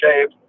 shape